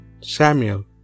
Samuel